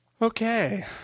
Okay